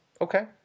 Okay